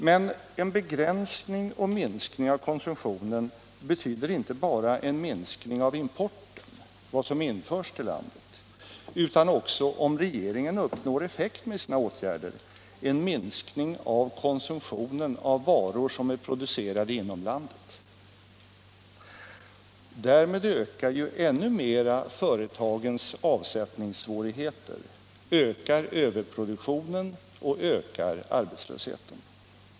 Men en begränsning och minskning av konsumtionen betyder inte bara en minskning av importen — vad som införs till landet — utan också, om regeringen uppnår effekt med sina åtgärder, en minskning av konsumtionen av varor som är producerade inom landet. Därmed ökar ju ännu mera företagens avsättningssvårigheter, ökar överproduktionen och ökar arbetslösheten.